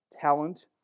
talent